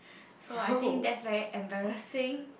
so I think that's very embarrassing